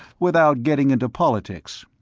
without getting into politics.